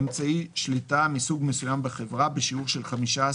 אמצעי שליטה מסוג מסוים בחברה בשיעור של 15%